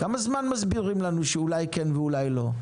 כמה זמן מסבירים לנו שאולי כן ואולי לא?